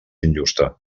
injusta